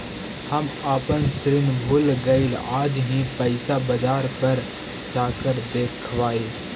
हम अपन ऋण भूल गईली आज ही पैसा बाजार पर जाकर देखवई